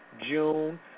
June